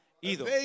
ido